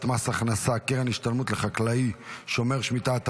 מס הכנסה (קרן השתלמות לחקלאי שומר שמיטה),